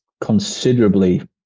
considerably